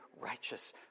righteous